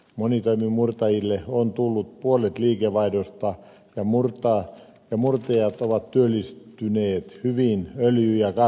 monitoimimurtajille on tullut puolet liikevaihdosta ja murtajat ovat työllistyneet hyvin öljy ja kaasukentillä